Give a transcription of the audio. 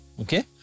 Okay